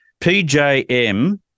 PJM